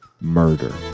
Murder